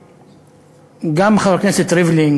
גם חבר הכנסת ריבלין,